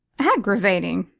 aggravating?